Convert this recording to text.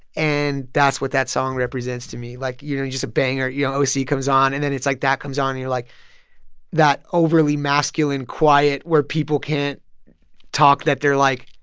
and that's what that song represents to me. like, you know, just a banger you know, o c. comes on, and then it's like, that comes on. and you're like that overly masculine quiet where people can't talk that they're, like,